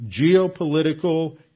geopolitical